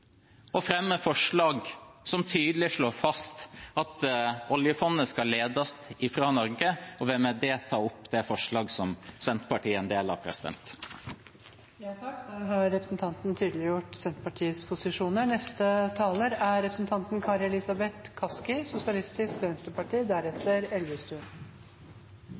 å fremme forslag som tydelig slår fast at oljefondet skal ledes fra Norge. Jeg tar med det opp det forslaget som Senterpartiet er en del av. Da har representanten